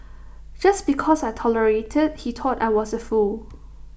just because I tolerated he thought I was A fool